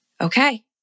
okay